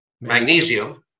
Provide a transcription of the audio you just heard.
magnesium